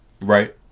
right